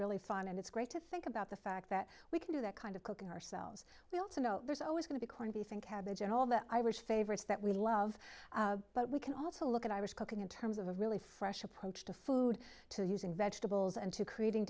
really fun and it's great to think about the fact that we can do that kind of cooking ourselves we also know there's always going to be corned beef and cabbage and all the irish favorites that we love but we can also look at i was cooking in terms of a really fresh approach to food to using vegetables and to creating